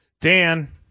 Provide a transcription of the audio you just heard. Dan